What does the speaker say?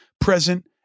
present